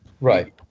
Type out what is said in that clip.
Right